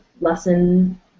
lesson